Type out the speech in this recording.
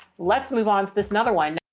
let's move on to this. another one.